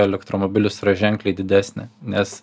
elektromobilius yra ženkliai didesnė nes